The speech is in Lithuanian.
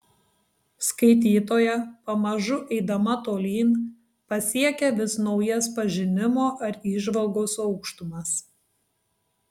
skaitytoja pamažu eidama tolyn pasiekia vis naujas pažinimo ar įžvalgos aukštumas